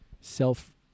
self